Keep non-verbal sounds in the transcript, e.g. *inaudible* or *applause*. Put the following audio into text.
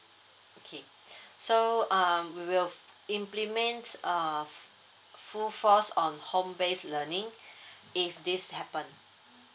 okay *breath* so um we will implement uh fu~ full force on home base learning *breath* if this happen